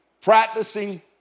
practicing